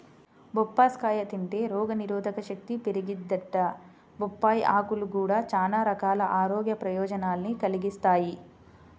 బొప్పాస్కాయ తింటే రోగనిరోధకశక్తి పెరిగిద్దంట, బొప్పాయ్ ఆకులు గూడా చానా రకాల ఆరోగ్య ప్రయోజనాల్ని కలిగిత్తయ్